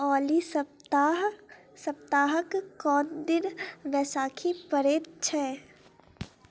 ओली सप्ताह सप्ताहके कोन दिन बैसाखी पड़ैत छै